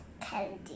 Candy